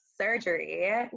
surgery